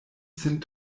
sin